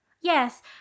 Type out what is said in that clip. Yes